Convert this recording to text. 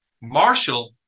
Marshall